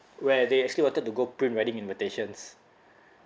where they actually wanted to go print wedding invitations